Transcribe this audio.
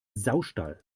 saustall